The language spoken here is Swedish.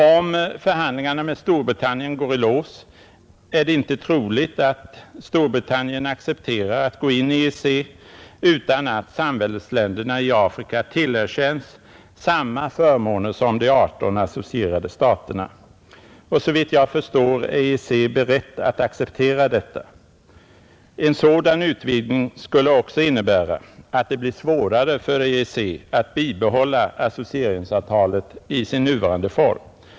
Om förhandlingarna med Storbritannien går i lås är det inte troligt att Storbritannien accepterar att gå in i EEC utan att samväldesländerna i Afrika tillerkänns samma förmåner som de 18 associerade staterna, Och såvitt jag förstår är EEC berett att acceptera detta. En sådan utvidgning skulle också innebära att det blir svårare för EEC att bibehålla associeringsavtalet i sin nuvarande form.